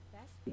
Best